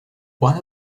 one